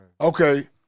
Okay